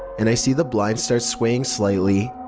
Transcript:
and i see the blinds start swaying slightly.